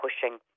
pushing